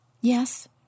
yes